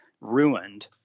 ruined